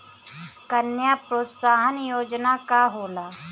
कन्या प्रोत्साहन योजना का होला?